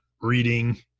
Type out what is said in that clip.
reading